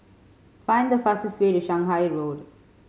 find the fastest way to Shanghai Road